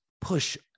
push